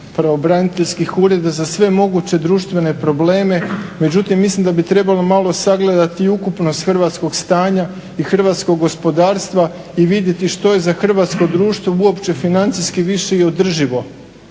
pravobraniteljskih ureda za sve moguće društvene probleme, međutim mislim da bi tabalo malo sagledati i ukupnost hrvatskog stanja i hrvatskog gospodarstva i vidjeti što je za hrvatsko društvo uopće financijski više i održivo.